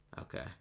Okay